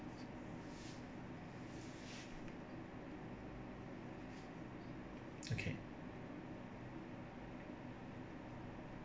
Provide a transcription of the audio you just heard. okay